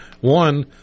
One